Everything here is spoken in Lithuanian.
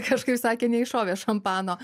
kažkaip sakė neiššovė šampano